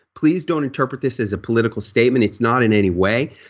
please don't interpret this as a political statement, it's not in any way.